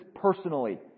personally